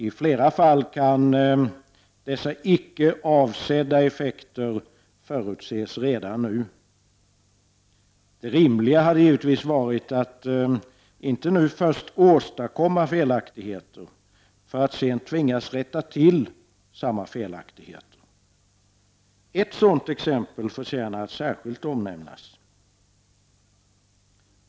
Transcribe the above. I flera fall kan dessa ”icke avsedda effekter” förutses redan nu. Det rimliga hade givetvis varit att inte nu först åstadkomma först felaktigheter för att sedan tvingas rätta till dessa. Ett sådant exempel förtjänar att särskilt omnämnas.